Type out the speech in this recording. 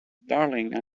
darling